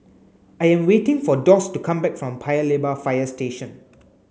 I am waiting for Doss to come back from Paya Lebar Fire Station